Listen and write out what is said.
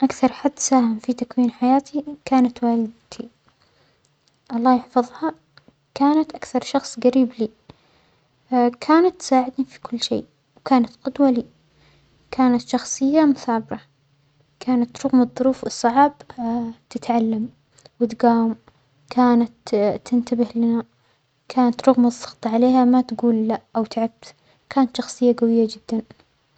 أكثر حادثة في تكوين حياتي كانت والدتي، الله يحفظها كانت أكثر شخص قريب لى، كانت تساعدني في كل شىء وكانت جدوة لى، كانت شخصية مثابرة، كانت رغم الظروف الصعاب تتعلم وتجاوم كانت تنتبهلنا، كانت رغم الظغط عليها ما تجول لأ وتعبت، كانت شخصية جوية جدا.